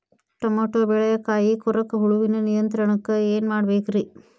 Tomato ಬೆಳೆಯ ಕಾಯಿ ಕೊರಕ ಹುಳುವಿನ ನಿಯಂತ್ರಣಕ್ಕ ಏನ್ ಮಾಡಬೇಕ್ರಿ?